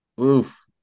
Oof